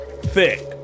thick